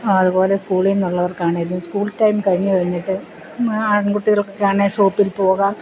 അതുപോലെ സ്കൂളിൽ നിന്നുള്ളവർക്ക് ആണേലും സ്കൂൾ ടൈം കഴിഞ്ഞു കഴിഞ്ഞിട്ട് ആൺകുട്ടികൾക്ക് ആണെ ഷോപ്പിൽ പോകാം